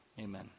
Amen